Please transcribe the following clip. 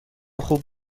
خوب